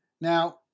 Now